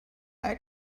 eye